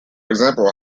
example